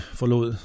forlod